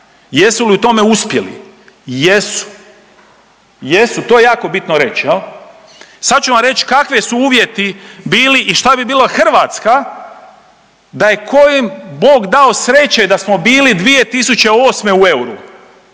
Jesu li u tome uspjeli? Jesu, jesu to je jako bitno reći. Sad ću vam reći kakvi su uvjeti bili i šta bi bila Hrvatska da je kojim Bog dao sreće da smo bili 2008. u euru,